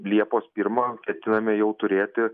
liepos pirmą ketiname jau turėti